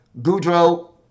Goudreau